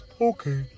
Okay